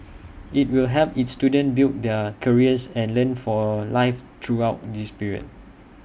IT will help its students build their careers and learn for life throughout this period